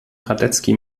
radetzky